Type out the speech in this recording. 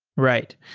right.